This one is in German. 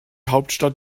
hauptstadt